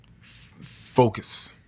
focus